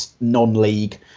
non-league